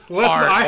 listen